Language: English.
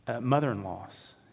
mother-in-law's